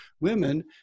women